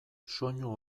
soinu